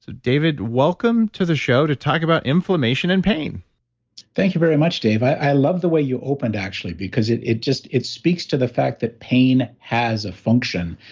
david, welcome to the show to talk about inflammation and pain thank you very much, dave. i love the way you opened actually, because it it just, it speaks to the fact that pain has a function,